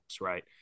right